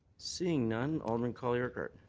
seeing none, alderman colley-urquhart.